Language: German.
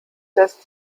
dass